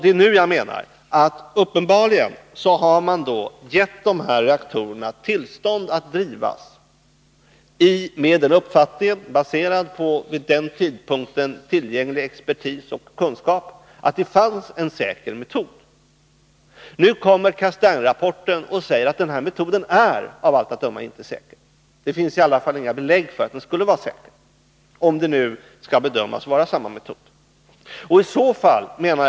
Beträffande dessa tre reaktorer gav man uppenbarligen drifttillstånd på grund av att man hade uppfattningen, baserad på den vid den tidpunkten tillgängliga expertisen och kunskapen, att det fanns en säker metod. Castaingrapporten säger nu att den här metoden av allt att döma inte är säker. Det finns i varje fall inga belägg för att den skulle vara säker, om det nu kan bedömas vara fråga om samma metod.